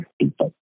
people